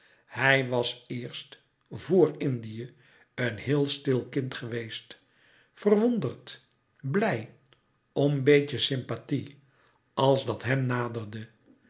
hij was eerst vor indië een heel stil kind geweest verwonderd blij om beetje sympathie als dat hem naderde